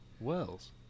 wells